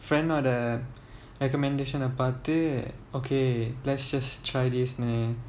friend lah the recommendation அ பார்த்து:a paarthu okay let's just try this னு:nu